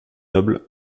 noble